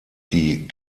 die